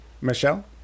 Michelle